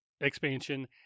expansion